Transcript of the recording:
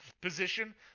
position